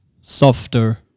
softer